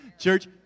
Church